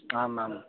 आम् आम्